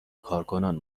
کارکنان